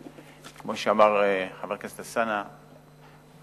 כמו שאמר חבר הכנסת אלסאנע,